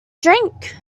drink